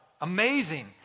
Amazing